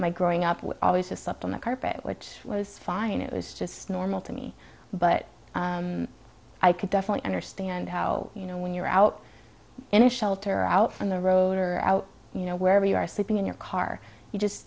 my growing up we always have sucked on the carpet which was fine it was just normal to me but i could definitely understand how you know when you're out in a shelter or out on the road or out you know wherever you are sleeping in your car you just